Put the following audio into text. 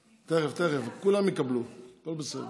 תכף, תכף, כולם יקבלו, הכול בסדר.